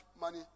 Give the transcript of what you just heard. money